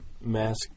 mask